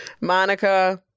monica